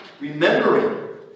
remembering